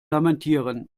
lamentieren